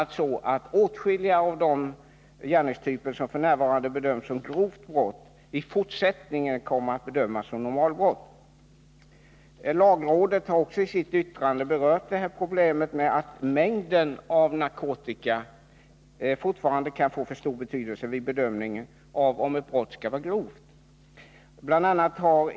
a. kommer därmed åtskilliga av de gärningstyper som f. n. bedöms som grova brott i fortsättningen att bedömas som normalbrott. Också lagrådet har i sitt yttrande berört problemet. Det sägs att mängden av narkotika fortfarande kan få för stor betydelse vid bedömningen av om ett brott skall anses vara grovt.